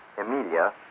Emilia